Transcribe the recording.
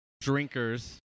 drinkers